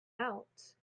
out